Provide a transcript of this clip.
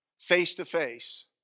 face-to-face